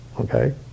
Okay